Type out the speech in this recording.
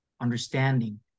understanding